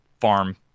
farm